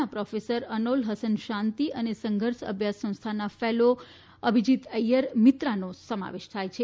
ના પ્રોફેસર ચૈનુલ હસન શાંતિ અને સંઘર્ષ અભ્યાસ સંસ્થાના ફેલો અભિજીત ઐયર મિત્રાનો સમાવેશ થાય છે